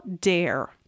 dare